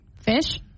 Fish